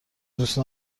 دوست